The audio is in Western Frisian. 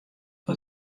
wat